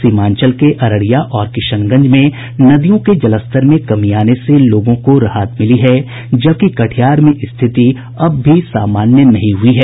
सीमांचल के अररिया और किशनगंज में नदियों के जलस्तर में कमी आने से लोगों को राहत मिली है जबकि कटिहार में रिथति अब भी सामान्य नहीं हुई है